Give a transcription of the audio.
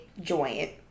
joint